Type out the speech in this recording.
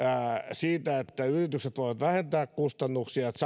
siitä että yritykset voivat vähentää kustannuksia että